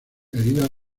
heridas